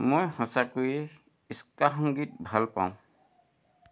মই সঁচাকৈয়ে স্কা সংগীত ভালপাওঁ